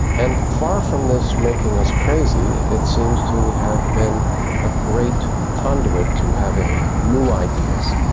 and far from this making us crazy it seems to have been a great conduit to having new ideas,